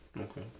Okay